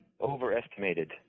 overestimated